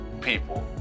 people